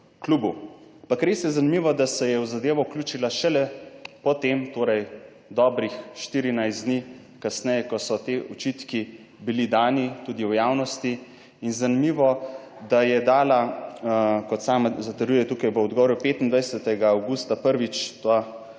klubu, ampak res je zanimivo, da se je v zadevo vključila šele po tem, torej dobrih 14 dni kasneje, ko so ti očitki bili dani tudi v javnosti. In zanimivo, da je dala, kot sama zatrjuje tukaj v odboru, 25. avgusta, prvič pa